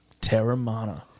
Terramana